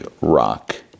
rock